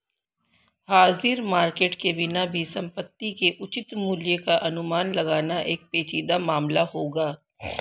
हाजिर मार्केट के बिना भी संपत्ति के उचित मूल्य का अनुमान लगाना एक पेचीदा मामला होगा